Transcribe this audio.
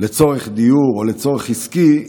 לצורך דיור או לצורך עסקי,